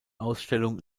ausstellung